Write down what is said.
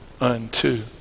unto